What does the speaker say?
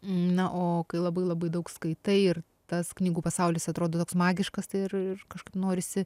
na o kai labai labai daug skaitai ir tas knygų pasaulis atrodo toks magiškas tai ir kažkaip norisi